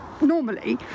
normally